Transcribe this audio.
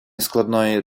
складної